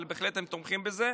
אבל הם בהחלט תומכים בה,